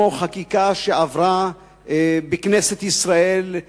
כמו חקיקה שעברה בכנסת ישראל,